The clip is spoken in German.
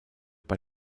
bei